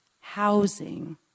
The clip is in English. housing